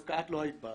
דווקא את לא היית.